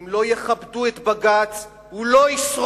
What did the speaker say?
אם לא יכבדו את בג"ץ, הוא לא ישרוד,